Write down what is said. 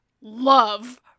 love